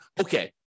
okay